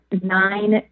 nine